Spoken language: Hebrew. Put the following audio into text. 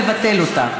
לבטל אותה,